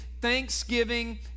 thanksgiving